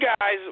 guy's